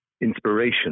Inspiration